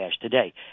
today